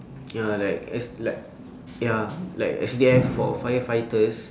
ya like S like ya like S_C_D_F for firefighters